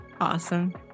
Awesome